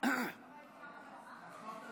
אדוני היושב-ראש, חבריי